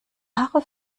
haare